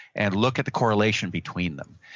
and look at the correlation between them,